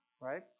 right